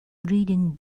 reading